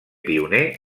pioner